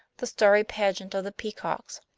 the starry pageant of the peacocks.